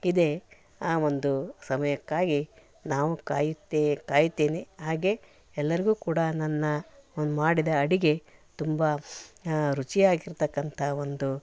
ಇದೆ ಆ ಒಂದು ಸಮಯಕ್ಕಾಗಿ ನಾವು ಕಾಯುತ್ತೆ ಕಾಯುತ್ತೇನೆ ಹಾಗೆ ಎಲ್ಲರಿಗೂ ಕೂಡ ನನ್ನ ಒಂದು ಮಾಡಿದ ಅಡುಗೆ ತುಂಬ ರುಚಿಯಾಗಿರತಕ್ಕಂಥ ಒಂದು